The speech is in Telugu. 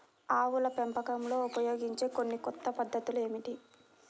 ఆవుల పెంపకంలో ఉపయోగించే కొన్ని కొత్త పద్ధతులు ఏమిటీ?